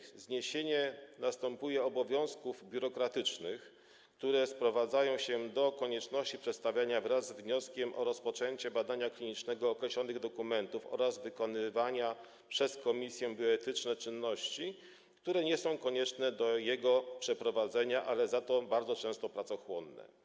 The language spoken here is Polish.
Następuje zniesienie obowiązków biurokratycznych, które sprowadzają się do konieczności przedstawiania wraz z wnioskiem o rozpoczęcie badania klinicznego określonych dokumentów oraz wykonywania przez komisje bioetyczne czynności, które nie są konieczne do jego przeprowadzenia, ale za to bardzo często są pracochłonne.